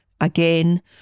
again